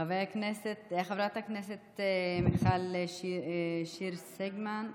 חברת הכנסת מיכל שיר סגמן,